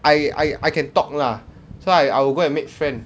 I I I can talk lah so I I'll go and make friend